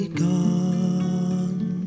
gone